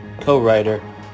co-writer